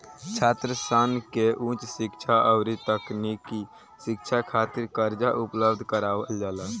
छात्रसन के उच शिक्षा अउरी तकनीकी शिक्षा खातिर कर्जा उपलब्ध करावल जाला